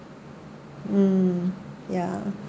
mm ya